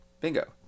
Bingo